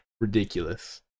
ridiculous